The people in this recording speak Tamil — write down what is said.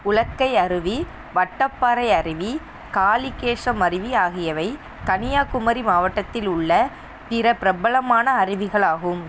உலக்கை அருவி வட்டப்பாறை அருவி காளிகேசம் அருவி ஆகியவை கன்னியாகுமரி மாவட்டத்தில் உள்ள பிற பிரபலமான அருவிகள் ஆகும்